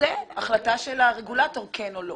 זו החלטה של הרגולטור אם כן או לא.